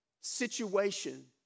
situation